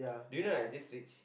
din I just reach